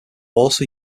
also